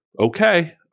okay